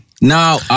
Now